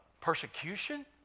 persecution